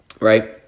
right